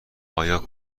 آیا